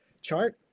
chart